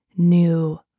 new